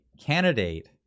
candidate